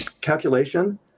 calculation